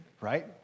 right